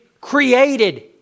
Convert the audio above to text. created